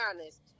honest